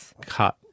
cut